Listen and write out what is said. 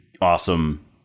awesome